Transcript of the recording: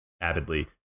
avidly